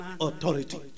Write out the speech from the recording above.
authority